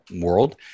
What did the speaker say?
world